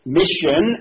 mission